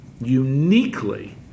uniquely